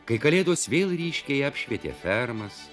kai kalėdos vėl ryškiai apšvietė fermas